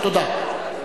תודה.